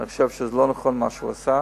אני חושב שזה לא נכון מה שהוא עשה,